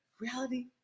reality